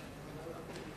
אעלה על הדוכן.